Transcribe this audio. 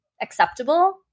acceptable